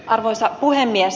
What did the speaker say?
arvoisa puhemies